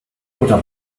oder